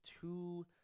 two